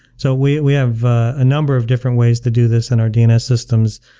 so we we have a number of different ways to do this in our dns systems,